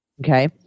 Okay